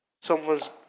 someone's